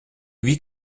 lui